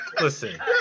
listen